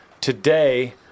today